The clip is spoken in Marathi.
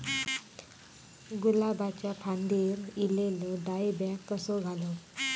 गुलाबाच्या फांदिर एलेलो डायबॅक कसो घालवं?